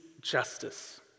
justice